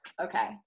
okay